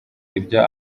ibyo